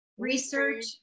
research